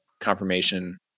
confirmation